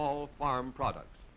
all farm products